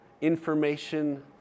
information